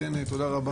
לכן תודה רבה,